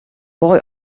boy